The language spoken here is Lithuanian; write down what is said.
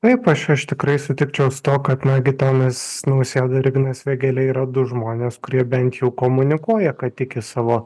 taip aš aš tikrai sutikčiau su tuo kad gitanas nausėda ir ignas vėgėlė yra du žmonės kurie bent jau komunikuoja kad tiki savo